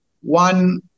one